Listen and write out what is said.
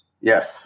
Yes